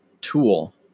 tool